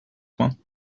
one